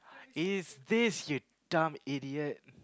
it's this you dumb idiot